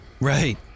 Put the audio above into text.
Right